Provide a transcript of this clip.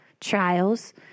trials